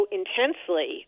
intensely